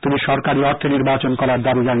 তিনি সরকারী অর্থে নির্বাচন করার দাবী করেন